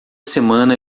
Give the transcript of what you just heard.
semana